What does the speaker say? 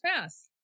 pass